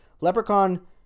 Leprechaun